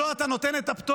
שלו אתה נותן את הפטור,